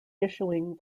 issuing